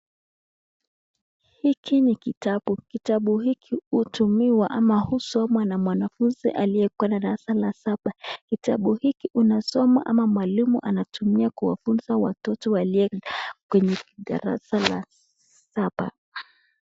Hiki ni kitabu, kitabu hiki hutumiwa ama husomwa na mwanafunzi aliye kwa darasa la saba, kitabu hiki unasoma ama mwalimu anatumia kuwafunza watoto waliye kwenye darasa la saba.